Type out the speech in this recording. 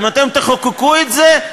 אם אתם תחוקקו את זה,